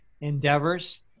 endeavors